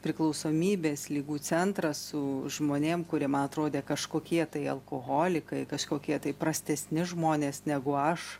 priklausomybės ligų centrą su žmonėm kurie man atrodė kažkokie tai alkoholikai kažkokie tai prastesni žmonės negu aš